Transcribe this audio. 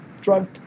drug